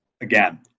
again